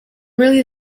really